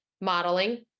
modeling